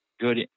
good